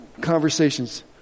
conversations